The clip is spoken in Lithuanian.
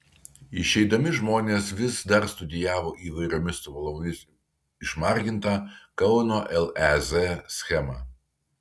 išeidami žmonės vis dar studijavo įvairiomis spalvomis išmargintą kauno lez schemą